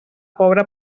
pobre